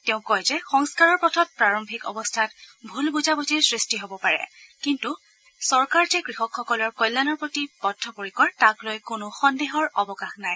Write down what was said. তেওঁ কয় যে সংস্থাৰৰ পথত প্ৰাৰম্ভিক অৱস্থাত ভুল বুজাবুজিৰ সৃষ্টি হ'ব পাৰে কিন্ত চৰকাৰ যে কৃষকসকলৰ কল্যাণৰ প্ৰতি বদ্ধপৰিকৰ তাক লৈ কোনো সন্দেহৰ অৱকাশ নাই